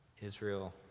Israel